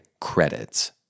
credits